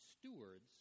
stewards